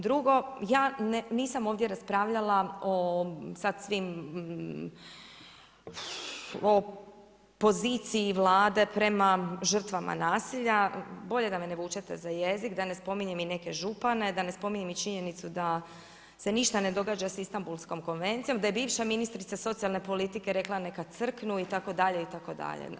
Drugo, ja nisam ovdje raspravljala o poziciji Vlade prema žrtvama nasilja, bolje da me ne vučete za jezik, da ne spominjem i neke župane, da ne spominjem i činjenicu da se ništa sa Istanbulskom konvencijom, da je bivša ministrica socijalne politike rekla neka crknu itd., itd.